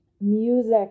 Music